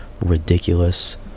ridiculous